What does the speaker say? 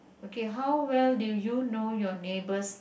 okay how well do you know your neighbors